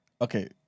okay